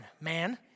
man